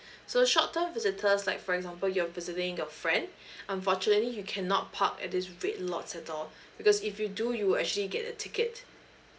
so short term visitors like for example you're visiting your friend unfortunately you cannot park at this red lots at all because if you do you will actually get a ticket